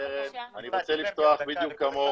אני רוצה לפתוח בדיוק כמוך,